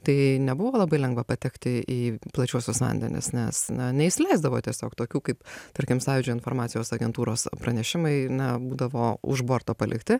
tai nebuvo labai lengva patekti į plačiuosius vandenis nes na neįsileisdavo tiesiog tokių kaip tarkim sąjūdžio informacijos agentūros pranešimai na būdavo už borto palikti